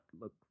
look